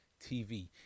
tv